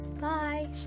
Bye